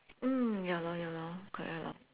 mm ya lor ya lor correct lor